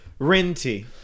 Rinty